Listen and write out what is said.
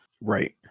Right